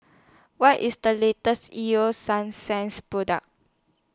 What IS The latest Ego Sunsense Product